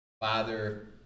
Father